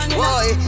boy